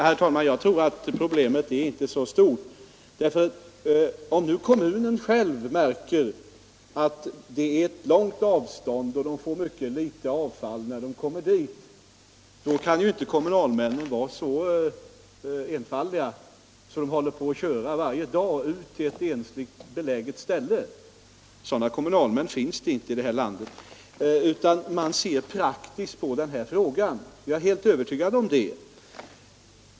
Herr talman! Jag tror att problemet inte är så stort. Om kommunalmännen märker att man på en avlägsen gård får mycket litet avfall, kan de inte vara så enfaldiga att de låter kommunen köra varje dag till ett sådant ensligt beläget ställe. Sådana kommunalmän finns det inte i det här landet, utan man ser praktiskt på denna fråga — jag är helt övertygad om det.